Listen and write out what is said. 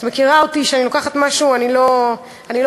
את מכירה אותי, כשאני לוקחת משהו, אני לא מרפה.